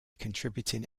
contributing